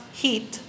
heat